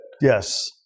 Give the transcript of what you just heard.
yes